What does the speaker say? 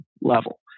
level